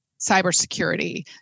cybersecurity